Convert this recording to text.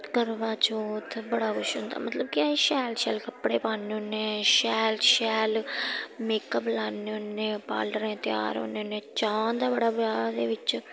करवा चौथ बड़ा कुछ होंदा मतलब कि अस शैल शैल कपड़े पान्ने होन्नें शैल शैल मेकअप लान्ने होन्नें पार्लरें त्यार होन्ने होन्नें चाऽ होंदा बड़ा ब्याह् दे बिच्च